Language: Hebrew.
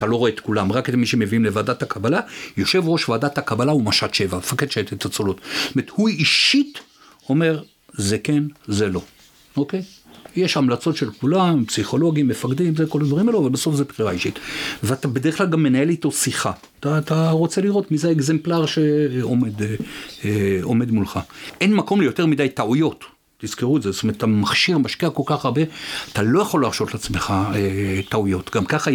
אתה לא רואה את כולם, רק את מי שמביאים לוועדת הקבלה, יושב ראש וועדת הקבלה ומשט שבע, פקד שייטת הצולות. זאת אומרת, הוא אישית אומר, זה כן, זה לא, אוקיי? יש המלצות של כולם, פסיכולוגים, מפקדים, זה כל הדברים הללו, אבל בסוף זה תקרה אישית. ואתה בדרך כלל גם מנהל איתו שיחה. אתה רוצה לראות מי זה האקזמפלר שעומד מולך. אין מקום ליותר מדי טעויות, תזכרו את זה. זאת אומרת, אתה מכשיר משקיע כל כך הרבה, אתה לא יכול להרשות לעצמך טעויות.